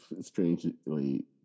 strangely